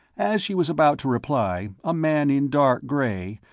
as she was about to reply, a man in dark gray,